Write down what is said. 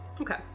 Okay